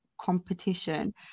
competition